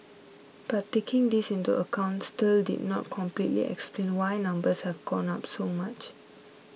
but taking this into account still did not completely explain why numbers have gone up so much